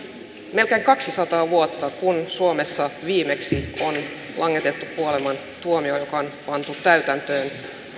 melkein kaksisataa vuotta kun suomessa viimeksi on langetettu kuolemantuomio joka on pantu täytäntöön